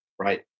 right